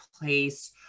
place